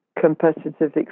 competitive